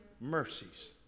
mercies